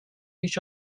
each